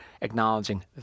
acknowledging